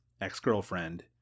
ex-girlfriend